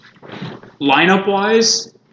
Lineup-wise